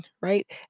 right